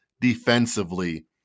defensively